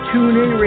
TuneIn